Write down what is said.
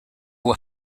were